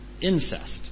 Incest